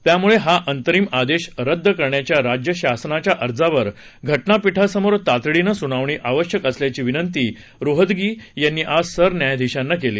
त्यामुळे हा अंतरिम आदेश रद्द करण्याच्या राज्य शासनाच्या अर्जावर घटनापिठासमोर तातडीनं सुनावणी आवश्यक असल्याची विनंती रोहतगी यांनी आज सरन्यायाधिशांना केली